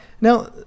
Now